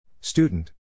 Student